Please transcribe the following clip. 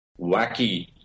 wacky